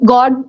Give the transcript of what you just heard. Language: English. God